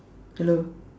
hello